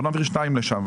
נעביר 2 לשם.